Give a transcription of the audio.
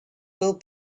will